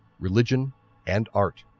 religion and art.